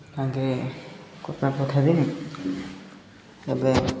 ତାଙ୍କେ କଥା କଥାରେ ଏବେ